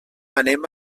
anem